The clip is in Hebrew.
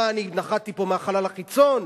מה, אני נחַתי פה מהחלל החיצון?